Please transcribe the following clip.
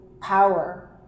power